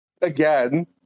again